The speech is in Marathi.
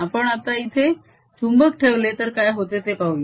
आपण आता इथे चुंबक ठेवले तर काय होते ते पाहूया